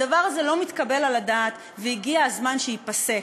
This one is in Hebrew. הדבר הזה לא מתקבל על הדעת, והגיע הזמן שייפסק.